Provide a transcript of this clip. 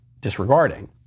disregarding